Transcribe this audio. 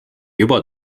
juba